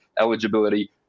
eligibility